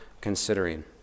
considering